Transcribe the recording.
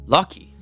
Lucky